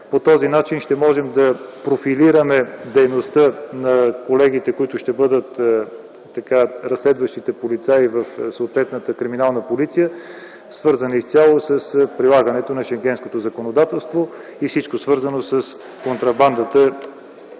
По този начин ще можем да профилираме дейността на колегите, които ще бъдат разследващите полицаи в съответната криминална полиция, свързана изцяло с прилагането на шенгенското законодателство и всичко свързано с контрабандата